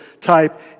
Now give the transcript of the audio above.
type